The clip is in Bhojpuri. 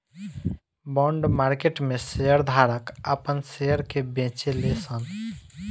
बॉन्ड मार्केट में शेयर धारक आपन शेयर के बेचेले सन